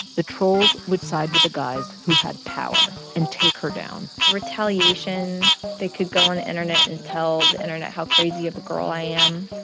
the trolls would side with the guys who had power and take her down retaliation they could go on the internet and tell the internet how crazy of a girl i am,